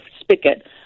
spigot